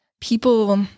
people